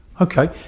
Okay